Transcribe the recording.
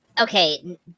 okay